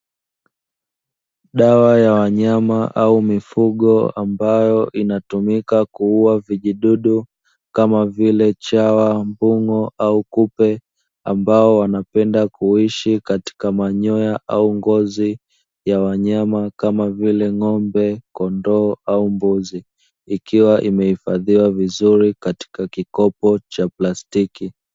Dawa ya wanyama au mifugo ambayo inatumika kuua vijidudu, kama vile: chawa, mbung'o au kupe; ambao wanapenda kuishi katika manyoya au ngozi ya wanyama, kama vile: ng'ombe, kondoo au mbuzi; ikiwa imehifadhiwa vizuri katika kikopo cha plastiki.